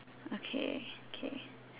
okay okay